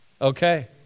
Okay